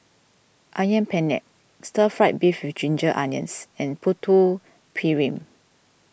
Ayam Penyet Stir Fried Beef with Ginger Onions and Putu Piring